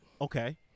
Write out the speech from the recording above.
Okay